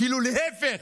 אפילו להפך,